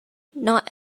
not